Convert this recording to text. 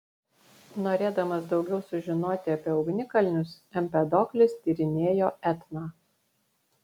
norėdamas daugiau sužinoti apie ugnikalnius empedoklis tyrinėjo etną